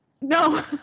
No